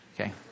Okay